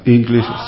English